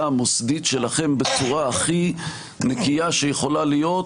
המוסדית שלכם בצורה הכי נקייה שיכולה להיות,